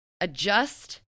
Adjust